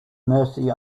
mercy